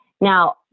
Now